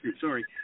sorry